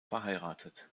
verheiratet